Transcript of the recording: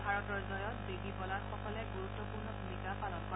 ভাৰতৰ জয়ত বেগী বলাৰসকলে গুৰুত্পূৰ্ণ ভূমিকা পালন কৰে